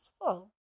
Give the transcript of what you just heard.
full